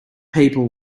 people